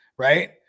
right